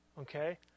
Okay